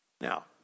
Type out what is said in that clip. Now